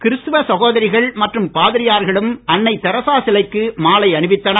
கிருஸ்துவ சகோதரிகள் மற்றும் பாதிரிமார்களும் அன்னை தெரெசா சிலைக்கு மாலை அணிவித்தனர்